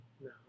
No